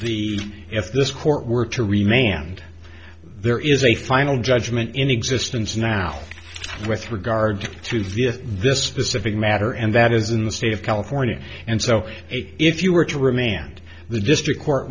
the if this court were to remain and there is a final judgment in existence now with regard to this specific matter and that is in the state of california and so if you were to remain and the district court